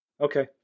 Okay